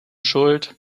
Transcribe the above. schuld